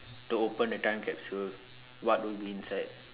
to open a time capsule what will be inside